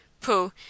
Pooh